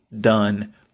done